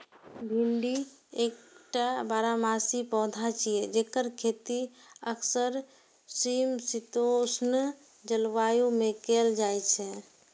भिंडी एकटा बारहमासी पौधा छियै, जेकर खेती अक्सर समशीतोष्ण जलवायु मे कैल जाइ छै